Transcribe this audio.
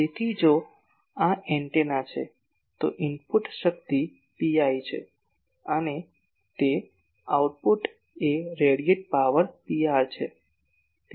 તેથી જો આ એન્ટેના છે તો ઇનપુટ શક્તિ Pi છે અને તે આઉટપુટ એ રેડિએટ પાવર Pr છે